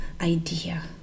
idea